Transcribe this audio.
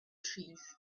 trees